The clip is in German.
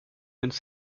ins